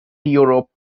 europe